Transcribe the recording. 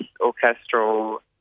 orchestral